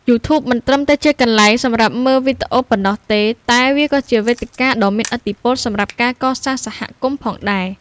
YouTube មិនត្រឹមតែជាកន្លែងសម្រាប់មើលវីដេអូប៉ុណ្ណោះទេ តែវាក៏ជាវេទិកាដ៏មានឥទ្ធិពលសម្រាប់ការ កសាងសហគមន៍ ផងដែរ។